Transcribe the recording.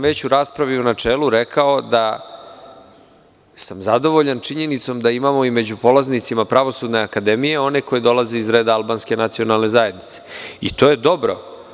Već u raspravi u načeli sam rekao da sam zadovoljan činjenicom da među polaznicima Pravosudne akademije imamo one koji dolaze iz reda albanske nacionalne zajednice i to je dobro.